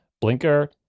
Blinker